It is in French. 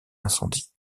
incendie